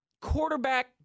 quarterback